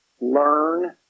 learn